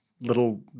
little